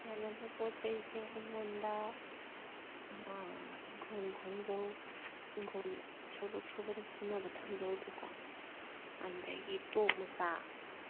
ꯊꯥꯅꯕ ꯄꯣꯠ ꯆꯩꯁꯦ ꯑꯩꯉꯣꯟꯗ ꯑꯥ ꯏꯪꯈꯣꯟ ꯊꯥꯡꯖꯧ ꯏꯪꯈꯣꯟ ꯊꯕꯛ ꯁꯨꯕꯗ ꯁꯤꯖꯤꯟꯅꯕ ꯊꯥꯡꯖꯧꯗꯨꯀꯣ ꯑꯗꯒꯤ ꯇꯣꯞ ꯃꯆꯥ